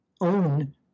own